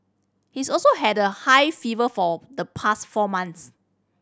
he's also had a high fever for the past four months